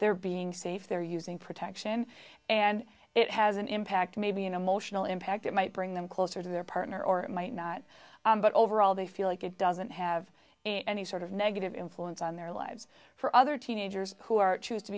they're being safe they're using protection and it has an impact maybe an emotional impact that might bring them closer to their partner or might not but overall they feel like it doesn't have any sort of negative influence on their lives for other teenagers who are choose to